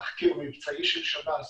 תחקיר מבצעי של שב"ס